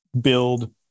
build